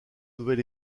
nouvel